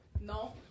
No